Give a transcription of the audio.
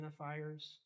identifiers